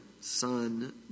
son